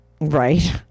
Right